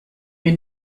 mir